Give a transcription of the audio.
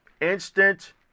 instant